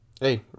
Hey